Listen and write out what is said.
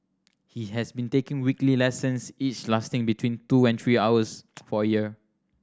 he has been taking weekly lessons each lasting between two and three hours for a year